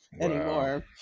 anymore